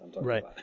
right